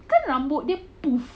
kan rambutnya poof